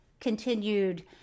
continued